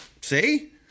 See